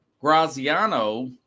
Graziano